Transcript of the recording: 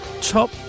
top